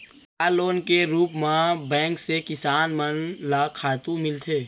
का लोन के रूप मा बैंक से किसान मन ला खातू मिलथे?